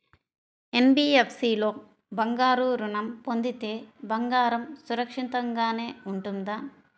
NBFC లో బంగారు ఋణం పొందితే బంగారం సురక్షితంగానే ఉంటుందా?